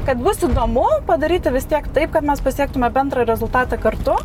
kad bus įdomu padaryti vis tiek taip kad mes pasiektume bendrą rezultatą kartu